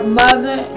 mother